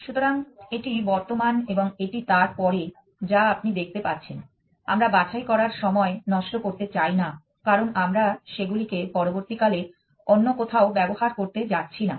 সুতরাং এটি বর্তমান এবং এটি তার পরে যা আপনি দেখতে পাচ্ছেন আমরা বাছাই করার সময় নষ্ট করতে চাই না কারণ আমরা সেগুলিকে পরবর্তীকালে অন্যকোথাও ব্যবহার করতে যাচ্ছি না